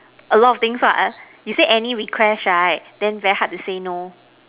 a lot of things what you said any requests right then very hard to say no